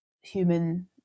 human